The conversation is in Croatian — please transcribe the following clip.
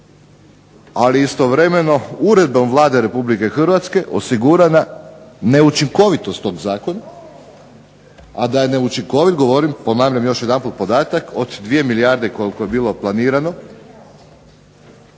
ali istovremeno uredbom Vlade Republike Hrvatske osigurana neučinkovitost tog zakona, a da je neučinkovit govorim, ponavljam još jedanput podatak od 2 milijarde koliko je bilo planirano,